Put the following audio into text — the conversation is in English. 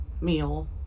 meal